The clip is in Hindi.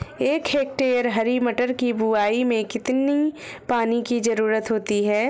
एक हेक्टेयर हरी मटर की बुवाई में कितनी पानी की ज़रुरत होती है?